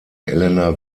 elena